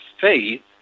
faith